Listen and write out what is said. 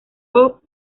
pop